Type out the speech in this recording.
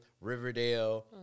riverdale